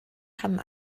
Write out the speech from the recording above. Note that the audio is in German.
haben